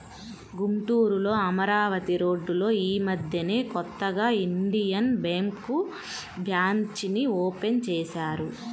గుంటూరులో అమరావతి రోడ్డులో యీ మద్దెనే కొత్తగా ఇండియన్ బ్యేంకు బ్రాంచీని ఓపెన్ చేశారు